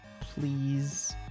please